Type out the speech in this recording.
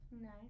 Nice